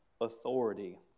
authority